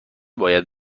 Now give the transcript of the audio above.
باید